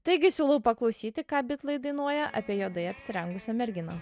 taigi siūlau paklausyti ką bitlai dainuoja apie juodai apsirengusią merginą